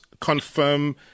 confirm